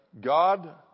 God